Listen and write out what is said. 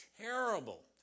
terrible